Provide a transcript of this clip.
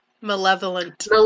Malevolent